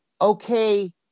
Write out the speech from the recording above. okay